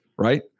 Right